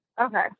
Okay